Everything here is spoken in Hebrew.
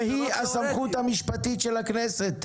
והיא הסמכות המשפטית של הכנסת,